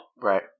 Right